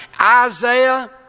Isaiah